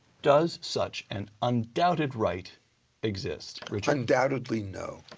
does such an undoubted right exist? richard? undoubtedly no.